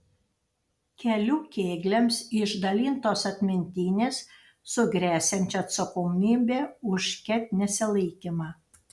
kelių kėgliams išdalintos atmintinės su gresiančia atsakomybe už ket nesilaikymą